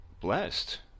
blessed